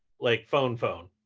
like phone phone.